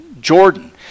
Jordan